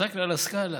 עסאקלה על הסקאלה.